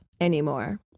anymore